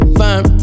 fine